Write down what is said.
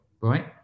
right